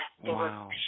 Wow